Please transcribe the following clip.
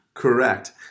Correct